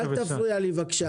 אל תפריע לי בבקשה.